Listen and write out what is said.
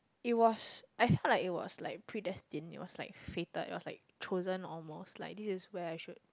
it was I thought like it was like predestiny it was like fated it was like chosen or most like this is where I